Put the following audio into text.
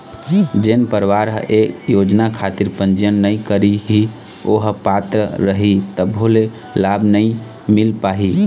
जेन परवार ह ये योजना खातिर पंजीयन नइ करही ओ ह पात्र रइही तभो ले लाभ नइ मिल पाही